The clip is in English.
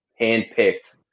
handpicked